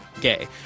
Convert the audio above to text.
gay